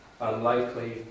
unlikely